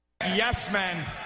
yes-men